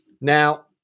Now